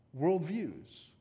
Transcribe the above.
worldviews